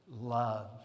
Love